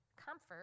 comfort